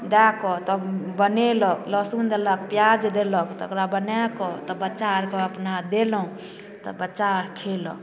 दै कऽ तब बनेलक लहसुन देलक प्याज देलक तकरा बनाय कऽ तब बच्चा आर कऽ अपना देलहुँ तब बच्चा आर खयलक